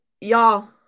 Y'all